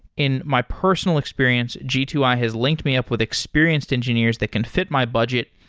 in my personal experience, g two i has linked me up with experienced engineers that can fit my budget,